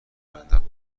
بپیوندم